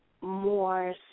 More